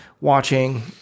watching